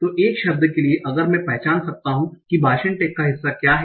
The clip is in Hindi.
तो एक शब्द के लिए अगर मैं पहचान सकता हूं कि भाषण टैग का हिस्सा क्या है